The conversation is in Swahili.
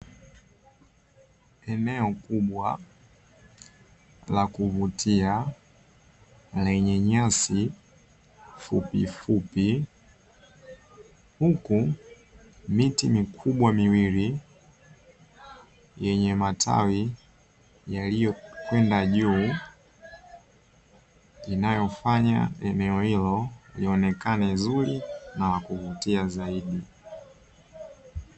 Eneo kubwa la kuvutia lenye nyasi fupifupi, huku miti mikubwa miwili yenye matawi yaliyokwenda juu, inayofanya eneo hilo lionekane zuri na la kuvutia zaidi.